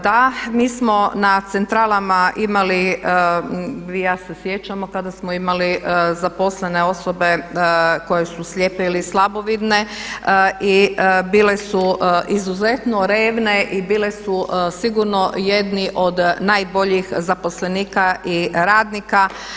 Da, mi smo na centralama imali ja se sjećam kada smo imali zaposlene osobe koje su slijepe ili slabovidne i bile su izuzetno revne i bile su sigurno jedni od najboljih zaposlenika i radnika.